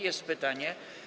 Jest pytanie.